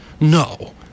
No